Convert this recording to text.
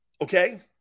Okay